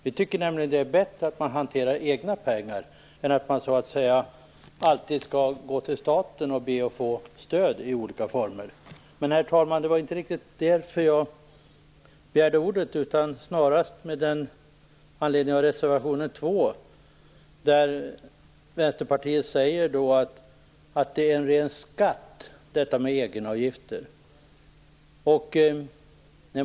Vi tycker att det är bättre att företagare hanterar egna pengar än att de alltid skall gå till staten och be att få stöd i olika former. Men, herr talman, det var inte riktigt av den anledningen jag begärde ordet, utan det var snarare med anledning av reservation 2. Där säger Vänsterpartiet att egenavgifterna är en ren skatt.